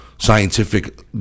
scientific